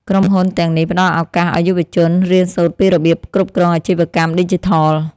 ក្រុមហ៊ុនទាំងនេះផ្ដល់ឱកាសឱ្យយុវជន រៀនសូត្រពីរបៀបគ្រប់គ្រងអាជីវកម្មឌីជីថល។